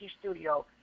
studio